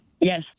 Yes